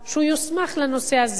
שהוא יוסמך לנושא הזה.